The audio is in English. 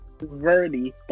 Verdi